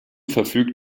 verfügt